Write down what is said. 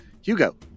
Hugo